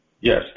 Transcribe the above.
Yes